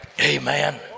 Amen